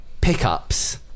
pickups